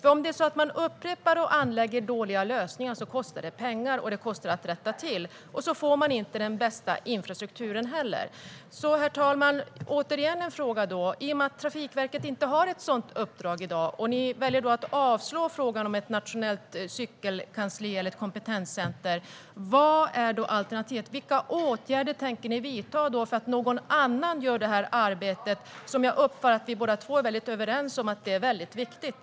Om man upprepar och anlägger dåliga lösningar kostar det pengar, och det kostar att rätta till. Då får man inte heller den bästa infrastrukturen. Herr talman! I och med att Trafikverket inte har ett sådant uppdrag i dag och Miljöpartiet väljer att avslå frågan om ett nationellt cykelkansli eller kompetenscenter undrar jag vad alternativet är. Vilka åtgärder tänker ni vidta för att någon annan ska göra det här arbetet, Karin Svensson Smith? Jag uppfattar det som att vi är överens om att det är viktigt.